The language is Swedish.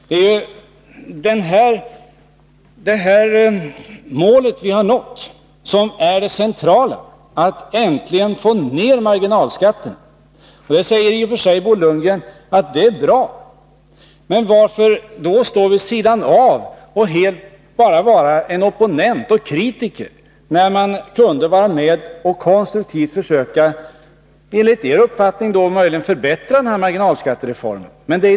Det centrala är att vi har nått målet, att äntligen få ned marginalskatten. Bo Lundgren säger att det i och för sig är bra. Men varför då stå vid sidan av och bara vara opponent och kritiker — när ni kunde vara med och arbeta konstruktivt och kanske, enligt er uppfattning, t.o.m. förbättra marginalskattereformen?